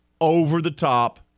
over-the-top